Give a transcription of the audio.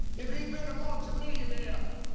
if he had been a multimillionaire,